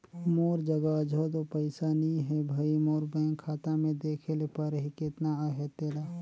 मोर जग अझो दो पइसा नी हे भई, मोर बेंक खाता में देखे ले परही केतना अहे तेला